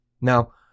Now